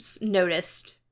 noticed